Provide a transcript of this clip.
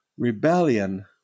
Rebellion